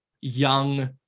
young